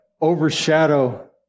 overshadow